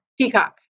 Peacock